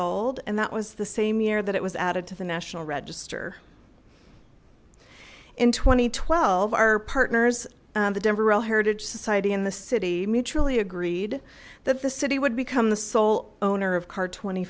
old and that was the same year that it was added to the national register in two thousand and twelve our partners the denver l heritage society in the city mutually agreed that the city would become the sole owner of car twenty